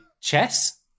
chess